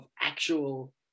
actual